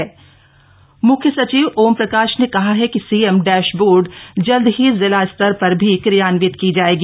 मुख्य सचिव म्ख्य सचिव ओमप्रकाश ने कहा है कि सीएम डैशबोर्ड जल्द ही जिला स्तर पर भी क्रियान्वित की जाएगी